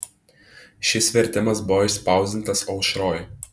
šis vertimas buvo išspausdintas aušroj